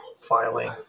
filing